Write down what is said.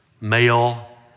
male